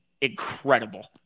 incredible